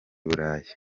burayi